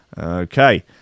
Okay